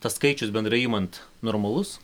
tas skaičius bendrai imant normalus